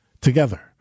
together